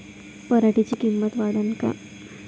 पराटीची किंमत वाढन का?